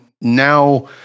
now